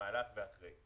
במהלך ואחרי.